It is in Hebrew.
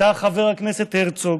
ניסה חבר הכנסת הרצוג.